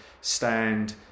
stand